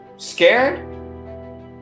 Scared